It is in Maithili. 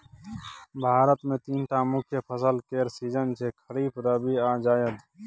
भारत मे तीनटा मुख्य फसल केर सीजन छै खरीफ, रबी आ जाएद